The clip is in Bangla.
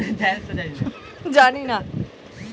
কি কি ধরনের বিত্তীয় পরিষেবার সুবিধা আছে?